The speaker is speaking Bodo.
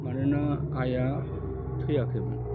मानोना आइया थैयाखैमोन